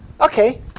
Okay